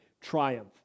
triumph